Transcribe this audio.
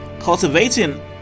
Cultivating